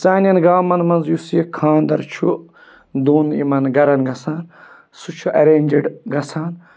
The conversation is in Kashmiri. سانٮ۪ن گامَن منٛز یُس یہِ خاندَر چھُ دۄن یِمَن گَرَن گژھان سُہ چھِ اَرینٛجِڈ گژھان